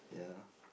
ya